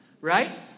Right